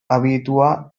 abitua